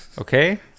Okay